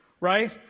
right